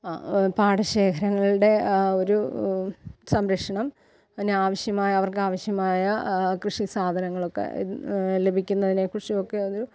അ പാടശേഖരങ്ങളുടെ ആ ഒരു സംരക്ഷണം പിന്നെ ആവശ്യമായ അവർക്കാവശ്യമായ കൃഷി സാധനങ്ങളൊക്കെ ലഭിക്കുന്നതിനേക്കുറിച്ചുമൊക്കെ ഒരു